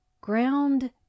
ground